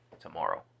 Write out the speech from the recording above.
tomorrow